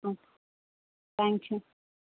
okay thank you